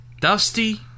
Dusty